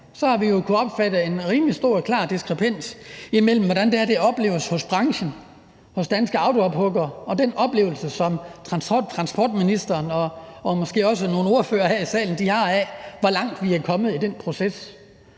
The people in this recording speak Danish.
har vi jo kunnet opfatte en rimelig stor og klar diskrepans imellem, hvordan det her opleves hos branchen, hos danske autoophuggere, og den oplevelse, som transportministeren og måske også nogle ordførere her i salen har af, hvor langt vi er kommet i den proces,